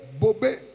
bobe